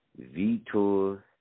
Vitor